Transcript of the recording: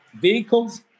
vehicles